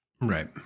Right